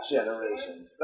Generations